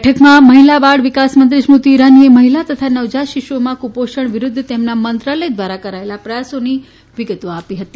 બેઠકમાં મહિલા બાળ વિકાસમંત્રી સ્મૃતિ ઇરાનીએ મહિલા તથા નવજાત શિશુઓમાં કુપોષણ વિરૂદ્ધ તેમના મંત્રાલય દ્વારા કરાયેલા પ્રયાસોની વિગતો આપી હતી